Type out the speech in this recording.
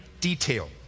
detail